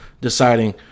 deciding